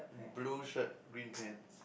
blue shirt green pants